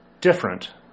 different